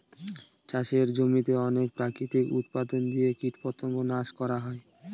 চাষের জমিতে অনেক প্রাকৃতিক উপাদান দিয়ে কীটপতঙ্গ নাশ করা হয়